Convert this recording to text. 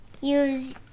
use